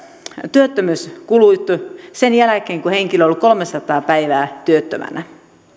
työttömyyskulut sen jälkeen kun henkilö on ollut kolmesataa päivää työttömänä